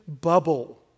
bubble